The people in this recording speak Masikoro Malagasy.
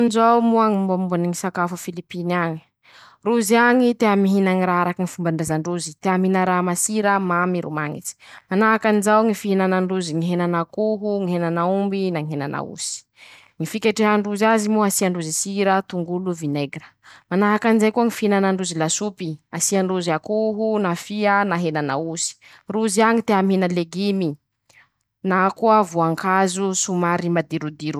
Injao moa Ñy mombamomba ñy sakafo a Felipiny añy: Rozy añy tea mihina raha araky ñy fombandrazandrozy, tea mihina raha masira mamy ro mañitsy, manahakanjao ñy fihinanandrozy ñy henan'akoho, ñy henan'aomby na ñy henan'aosy, ñy fiketrehandrozy azy moa, asiandrozy sira, tongolo, vinegira, manahakanjay koa ñy fihinanandrozy lasopy, asiandrozy akoho na fia na henan'aosy, rozy añy tea mihina legimy, na koa voankazo somary madir.